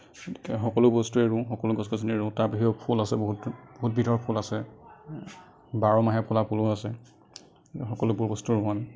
গতিকে সকলো বস্তুৱেই ৰুওঁ সকলো গছ গছনিয়ে ৰুওঁ তাৰ বাহিৰেও ফুল আছে বহুত উদ্ভিদৰ ফুল আছে বাৰ মাহে ফুলা ফুলো আছে এই সকলোবোৰ বস্তু ৰুওঁ মই